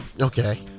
okay